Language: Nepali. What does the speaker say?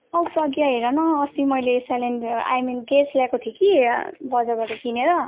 औ काकी यहाँ हेर न यहाँ अस्ति मैले सिलिन्डर आई मिन ग्यास ल्याएको थिएँ कि बजारबाट किनेर